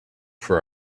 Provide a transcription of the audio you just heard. for